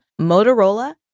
Motorola